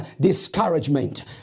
discouragement